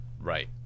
Right